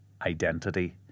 Identity